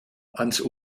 ans